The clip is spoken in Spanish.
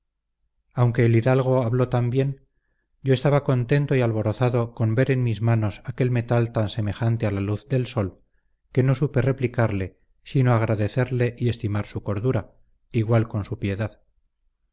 aunque el hidalgo habló tan bien yo estaba contento y alborozado con ver en mis manos aquel metal tan semejante a la luz del sol que no supe replicarle sino agradecerle y estimar su cordura igual con su piedad